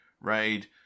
raid